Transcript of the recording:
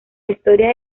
historia